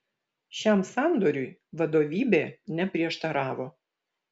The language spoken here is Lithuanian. šiam sandoriui vadovybė neprieštaravo